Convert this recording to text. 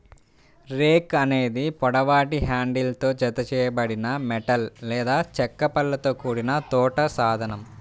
rake అనేది పొడవాటి హ్యాండిల్తో జతచేయబడిన మెటల్ లేదా చెక్క పళ్ళతో కూడిన తోట సాధనం